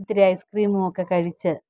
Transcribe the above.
ഇത്തിരി ഐസ്ക്രീമും ഒക്കെ കഴിച്ച്